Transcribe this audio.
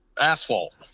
asphalt